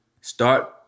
Start